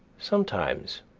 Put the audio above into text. sometimes,